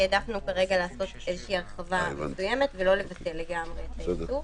העדפנו כרגע לעשות איזושהי הרחבה מסוימת ולא לבטל לגמרי את האיסור.